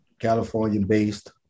California-based